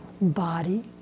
body